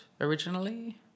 originally